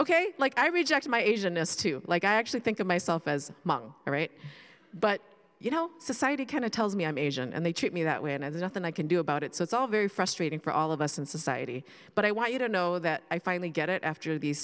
ok like i reject my asian us to like i actually think of myself as a right but you know society kind of tells me i'm asian and they treat me that way and i there's nothing i can do about it so it's all very frustrating for all of us in society but i want you to know that i finally get it after these